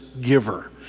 giver